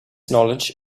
knowledge